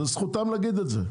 זו זכותם להגיד את זה.